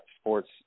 sports